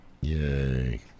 Yay